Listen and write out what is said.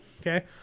okay